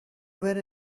were